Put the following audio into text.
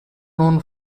known